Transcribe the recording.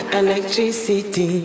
electricity